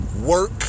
Work